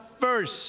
first